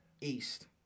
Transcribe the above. East